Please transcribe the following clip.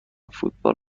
فوتبال